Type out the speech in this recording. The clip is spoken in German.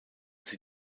sie